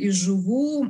iš žuvų